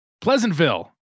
Pleasantville